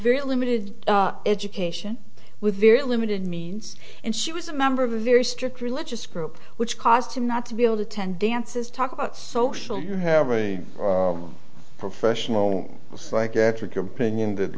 very limited education with very limited means and she was a member of a very strict religious group which caused him not to be able to attend dances talk about social you have a professional psychiatric opinion that